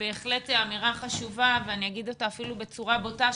בהחלט אמירה חשובה ואני אומר אותה אפילו בצורה בוטה,